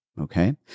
Okay